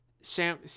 Sam